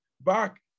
back